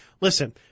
listen